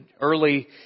early